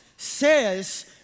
says